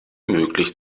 möglich